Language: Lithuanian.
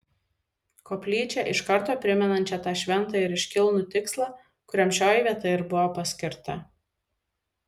koplyčią iš karto primenančią tą šventą ir iškilnų tikslą kuriam šioji vieta ir buvo paskirta